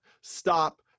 stop